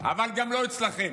אבל גם לא אצלכם.